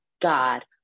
God